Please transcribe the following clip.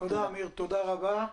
תודה רבה.